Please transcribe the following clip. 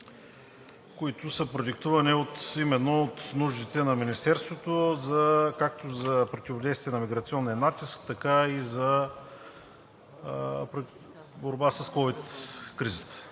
които са продиктувани именно от нуждите на Министерството както за противодействие на миграционния натиск, така и за борба с ковид кризата.